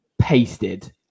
pasted